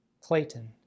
Clayton